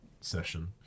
session